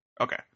Okay